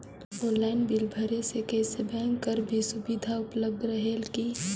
Online bill भरे से कइसे बैंक कर भी सुविधा उपलब्ध रेहेल की?